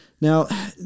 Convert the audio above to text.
Now